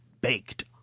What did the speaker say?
baked